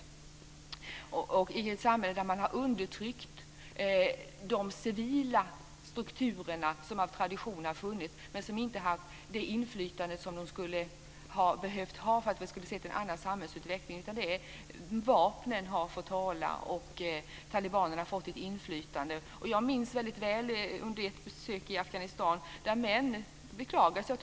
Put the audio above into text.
Det är ett samhälle där man har undertryckt de civila strukturer som av tradition har funnits men som inte har haft det inflytande som de skulle ha behövt ha för att vi skulle ha fått se en annan samhällsutveckling. Vapnen har fått tala, och talibanerna har fått ett inflytande. Jag minns väldigt väl att män beklagade sig under ett besök i Afghanistan.